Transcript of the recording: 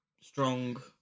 strong